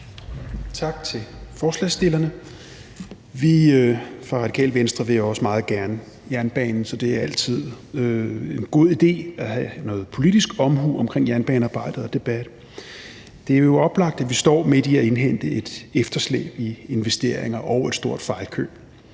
Tak til forslagsstillerne. Vi fra Radikale Venstre vil også meget gerne jernbanen, så det er altid en god idé at have noget politisk omhu omkring jernbanearbejdet og -debatten. Det er jo oplagt, at vi står midt i at indhente et efterslæb i investeringer og et stort fejlkøb.